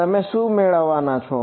તમે શું મેળવો છો